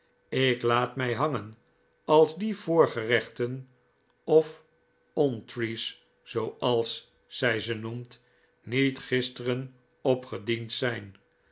ik laat mij hangen als die voorgerechten of onttees zooals zij ze noemt niet gisteren opgediend zijn